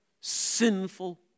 sinful